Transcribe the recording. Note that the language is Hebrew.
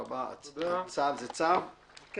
הצבעה בעד, פה אחד צו הפעלת